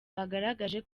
bagaragaje